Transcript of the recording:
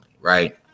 right